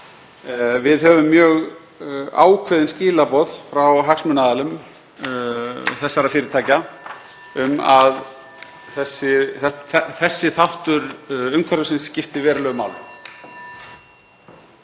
Við höfum mjög ákveðin skilaboð frá hagsmunaaðilum þessara fyrirtækja um að þessi þáttur umhverfisins skipti verulegu máli.